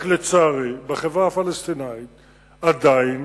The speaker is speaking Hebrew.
רק לצערי בחברה הפלסטינית עדיין,